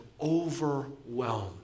overwhelmed